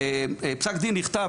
פסק דין שנכתב,